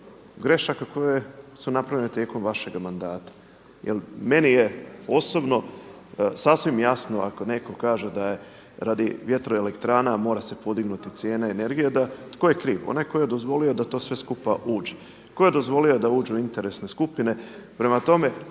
grešaka koje su napravljene tijekom vašega mandata. Jer meni je osobno sasvim jasno ako netko kaže da je radi vjetroelektrana mora se podignuti cijene energije. Da, tko je kriv? Onaj tko je dozvolio da to sve skupa uđe. Tko je dozvolio da uđe u interesne skupine? Prema tome,…